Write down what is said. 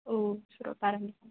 औ सारलपारा निखा